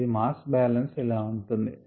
మన mass balance ఇలా ఉంటుంది